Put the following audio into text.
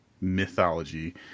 mythology